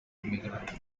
emigrar